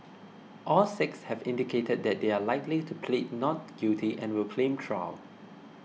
all six have indicated that they are likely to plead not guilty and will claim trial